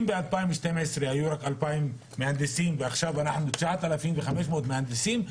אם ב-2012 היו רק 2,000 מהנדסים ועכשיו אנחנו 9,500 מהנדסים,